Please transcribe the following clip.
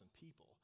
people